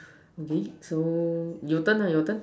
okay so your turn lah your turn